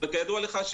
וכידוע לך,